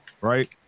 Right